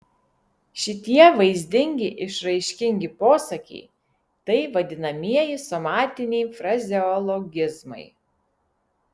šitie vaizdingi išraiškingi posakiai tai vadinamieji somatiniai frazeologizmai